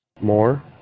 more